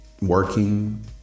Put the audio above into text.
working